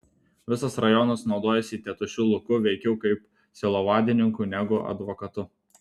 visas rajonas naudojosi tėtušiu luku veikiau kaip sielovadininku negu advokatu